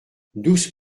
douze